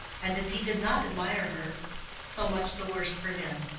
and if he did not admire her so much the worse for him.